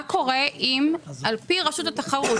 מה קורה אם לפי רשות התחרות,